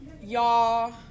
y'all